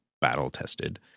battle-tested